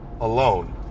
alone